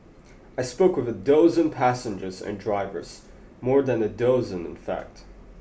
I spoke with a dozen passengers and drivers more than a dozen in fact